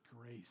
grace